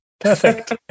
Perfect